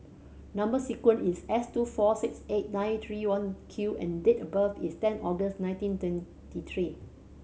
number sequence is S two four six eight nine three one Q and date of birth is ten August nineteen twenty three